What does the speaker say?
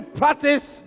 practice